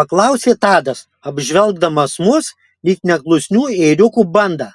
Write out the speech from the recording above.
paklausė tadas apžvelgdamas mus lyg neklusnių ėriukų bandą